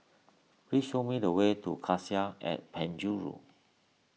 please show me the way to Cassia at Penjuru